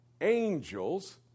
angels